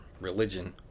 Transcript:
religion